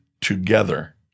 together